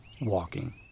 WALKING